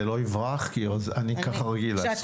זה לא יברח, כי אני ככה רגיל לעשות.